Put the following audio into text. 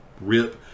rip